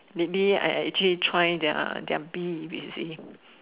lastly I actually try their beef you see